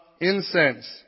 incense